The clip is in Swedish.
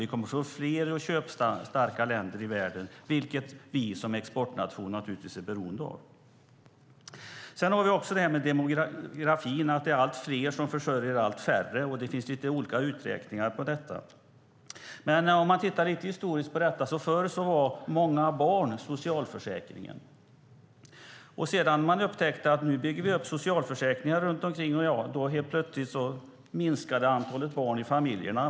Det kommer att bli fler köpstarka länder i världen, som vi som exportnation naturligtvis är beroende av. Sedan har vi det här med demografin, att det är allt färre som försörjer allt fler. Det finns lite olika uträkningar på detta. Men man kan titta historiskt på detta. Förr var många barn socialförsäkringen. När man upptäckte att det byggdes upp socialförsäkringar minskade helt plötsligt antalet barn i familjerna.